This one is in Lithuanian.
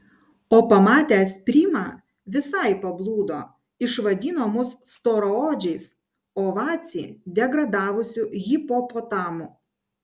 o pamatęs primą visai pablūdo išvadino mus storaodžiais o vacį degradavusiu hipopotamu